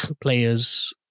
Players